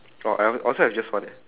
oh I I also have just one eh